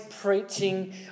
preaching